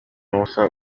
n’ubusa